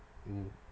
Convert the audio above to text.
mm